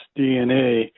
DNA